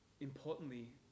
importantly